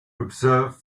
observe